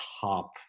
top